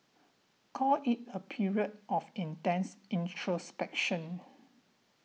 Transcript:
call it a period of intense introspection